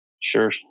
sure